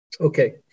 Okay